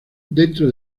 dentro